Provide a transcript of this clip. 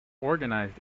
organised